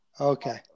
Okay